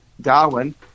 Darwin